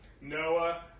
Noah